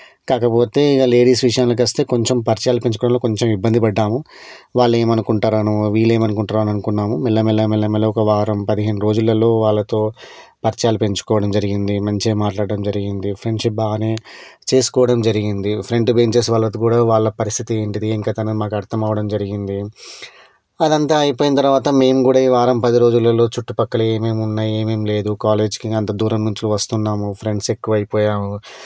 కాకపోతే ఇక లేడీస్ విషయానికి వస్తే కొంచెం పరిచయాలు పెంచుకోవడంలో కొంచెం ఇబ్బంది పడ్డాము వాళ్ళు ఏమనుకుంటారనో వీళ్ళు ఏమనుకుంటారనో అనుకున్నాము మెల్ల మెల్ల మెల్ల మెల్లగా ఒక వారం పదిహేను రోజులలో వాళ్ళతో పరిచయాలు పెంచుకోవడం జరిగింది మంచిగా మాట్లాడటం జరిగింది ఫ్రెండ్షిప్ బాగానే చేసుకోవడం జరిగింది ఫ్రంట్ బెంచస్ వాళ్ళతో కూడా వాళ్ళ పరిస్థితి ఏంటిది ఏం కథ అని మాకు అర్థం అవడం జరిగింది అది అంతా అయిపోయిన తరువాత మేము కూడా ఈ వారం పది రోజులలో చుట్టు ప్రక్కల ఏమేమి ఉన్నాయి ఏమేం లేదు కాలేజ్కి ఇక అంత దూరం నుంచి వస్తున్నాము ఫ్రెండ్స్ ఎక్కువ అయిపోయాము